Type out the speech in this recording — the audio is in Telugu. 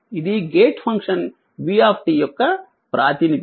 ఇది గేట్ ఫంక్షన్ v యొక్క ప్రాతినిధ్యం